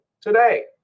today